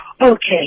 okay